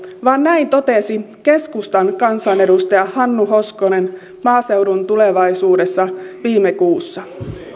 vaan näin totesi keskustan kansanedustaja hannu hoskonen maaseudun tulevaisuudessa viime kuussa